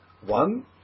one